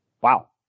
Wow